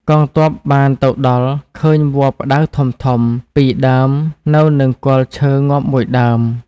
កងទ័ពបានទៅដល់ឃើញវល្លិផ្ដៅធំៗ ពីរដើមនៅនឹងគល់ឈើងាប់មួយដើម ។